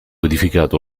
edificato